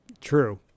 true